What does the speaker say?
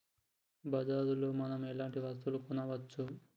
బజార్ లో మనం ఎలాంటి వస్తువులు కొనచ్చు?